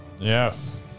Yes